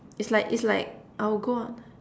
it's like it's like I'll go on